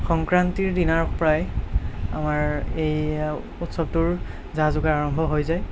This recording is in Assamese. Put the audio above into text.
সংক্ৰান্তিৰ দিনা প্ৰায় আমাৰ এই উৎসৱটোৰ যা যোগাৰ আৰম্ভ হৈ যায়